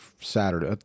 Saturday